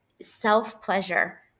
self-pleasure